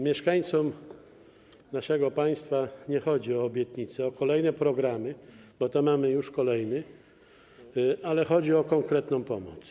Mieszkańcom naszego państwa nie chodzi o obietnice, o kolejne programy, bo mamy już kolejny, ale o konkretną pomoc.